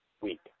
week